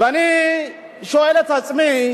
אני שואל את עצמי: